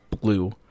blue